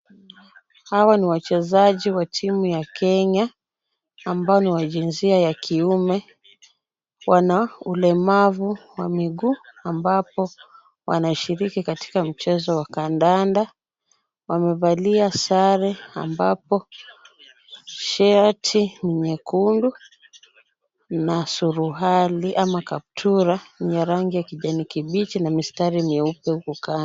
Hawa ni wachezaji wa timu ya Kenya, ambao ni wa jinsia ya kiume. Wana ulemavu wa miguu, ambapo wanashiriki katika mchezo wa kandanda. Wamevalia sare, ambapo shati ni nyekundu na suruali ama kaptura yenye rangi ya kijani kibichi na mistari mieupe huku kando.